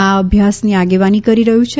આ અભ્યાસની આગેવાની કરી રહ્યું છે